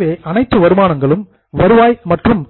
எனவே அனைத்து வருமானங்களும் ரெவின்யூ வருவாய் மற்றும்